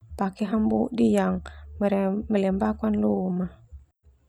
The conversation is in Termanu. Pake hambodi yang melembabkan lom ma.